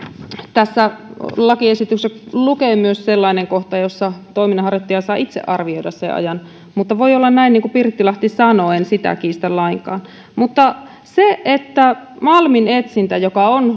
tässä lakiesityksessä lukee myös sellainen kohta jossa toiminnanharjoittaja saa itse arvioida sen ajan mutta voi olla näin niin kuin pirttilahti sanoo en sitä kiistä lainkaan mutta se että malminetsintä joka on